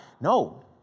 No